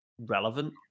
relevant